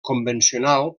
convencional